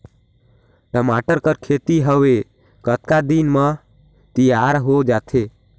टमाटर कर खेती हवे कतका दिन म तियार हो जाथे?